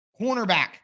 cornerback